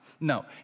No